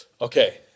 Okay